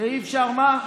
שאי-אפשר מה?